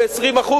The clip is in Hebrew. ב-20%,